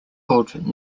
called